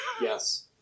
yes